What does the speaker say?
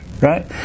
right